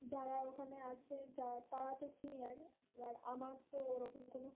যারা ওখানে আছে যা তারা তো সিনিয়র এবার আমার তো ওরকম কোনো